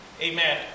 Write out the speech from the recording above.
Amen